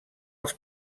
els